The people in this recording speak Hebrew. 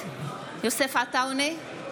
נגד יוסף עטאונה,